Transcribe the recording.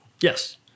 Yes